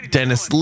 Dennis